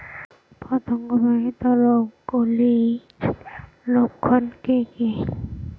পতঙ্গ বাহিত রোগ গুলির লক্ষণ কি কি?